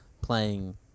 playing